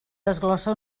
desglossa